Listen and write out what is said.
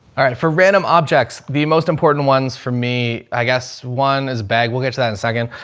all right. for random objects, the most important ones for me, i guess one is bag. we'll get to that in a second.